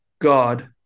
God